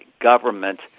government